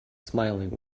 smiling